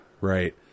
Right